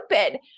stupid